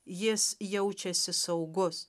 jis jaučiasi saugus